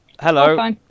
hello